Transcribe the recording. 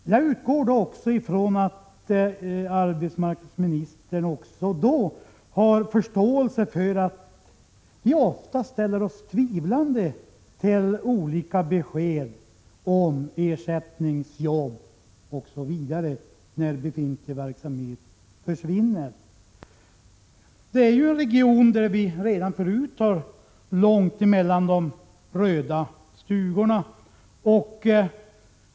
Jag utgår då också från att arbetsmarknadsministern har förståelse för att vi ofta ställer oss tvivlande till olika besked om ersättningsjobb osv. när befintlig verksamhet har försvunnit. Västerbottens inland är en region, där vi redan förut har långt mellan de röda stugorna.